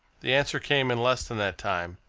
the answer came in less than that time.